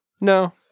No